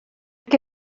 que